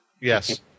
Yes